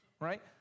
Right